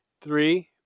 Three